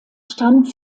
stammt